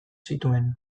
zituen